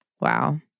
Wow